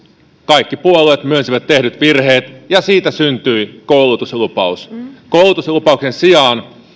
kaikki puolueet myönsivät tehdyt virheet ja siitä syntyi koulutuslupaus koulutuslupauksen sijaan